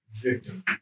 victim